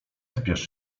spiesz